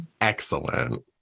Excellent